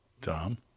Tom